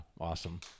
awesome